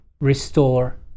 restore